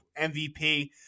MVP